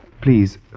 please